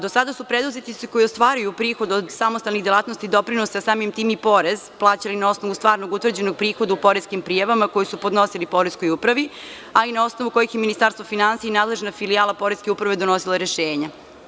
Do sada su preduzetnici koji ostvaruju prihod od samostalnih delatnosti doprinose, a samim tim i porez, plaćali na osnovu stvarnog utvrđenog prihoda u poreskim prijavama koje su podnosili poreskoj upravi, a na osnovu kojih je Ministarstvo finansija i nadležna filijala Poreske uprave donosila rešenja.